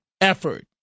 effort